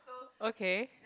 okay